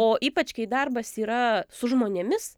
o ypač kai darbas yra su žmonėmis